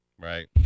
Right